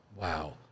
Wow